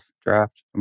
draft